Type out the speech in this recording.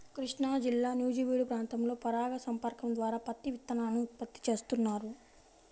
కృష్ణాజిల్లా నూజివీడు ప్రాంతంలో పరాగ సంపర్కం ద్వారా పత్తి విత్తనాలను ఉత్పత్తి చేస్తున్నారు